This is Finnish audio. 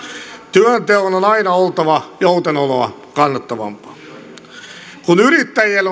työnteon on on aina oltava joutenoloa kannattavampaa kun yrittäjien